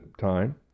time